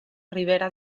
ribera